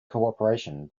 cooperation